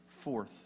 fourth